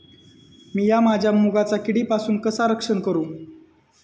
मीया माझ्या मुगाचा किडीपासून कसा रक्षण करू?